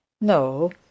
No